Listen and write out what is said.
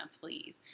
please